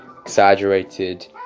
exaggerated